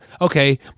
okay